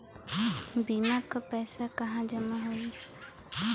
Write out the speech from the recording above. बीमा क पैसा कहाँ जमा होई?